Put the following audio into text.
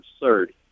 absurd